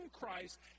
Christ